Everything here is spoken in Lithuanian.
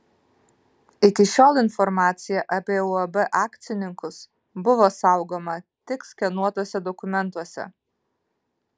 iki šiol informacija apie uab akcininkus buvo saugoma tik skenuotuose dokumentuose